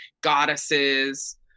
goddesses